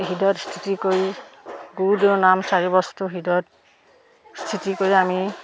হৃদয়ত স্থিতি কৰি গুৰুদেউৰ নাম চাৰি বস্তু হৃদয়ত স্থিতি কৰি আমি